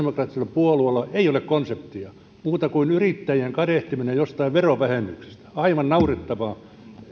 puolueella ei ole muuta konseptia kuin yrittäjien kadehtiminen jostain verovähennyksestä aivan naurettavaa